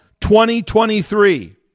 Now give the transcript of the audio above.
2023